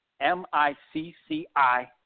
M-I-C-C-I